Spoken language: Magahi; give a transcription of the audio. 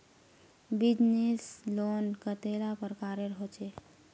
बिजनेस लोन कतेला प्रकारेर होचे?